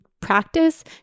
practice